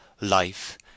life